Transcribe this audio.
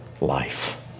life